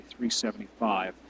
375